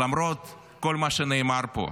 למרות כל מה שנאמר פה.